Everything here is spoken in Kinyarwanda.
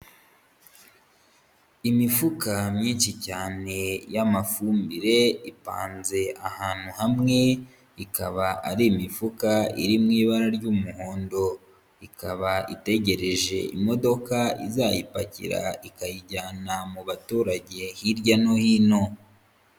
Imifuka myinshi cyane y'amafumbire ipanze ahantu hamwe, ikaba ari imifuka iri mu ibara ry'umuhondo, ikaba itegereje imodoka izayipakira ikayijyana mu baturage hirya no hino.